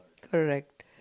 Correct